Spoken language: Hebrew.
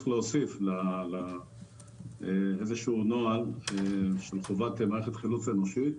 צריך להוסיף איזשהו נוהל של חובת מערכת חילוץ אנושית.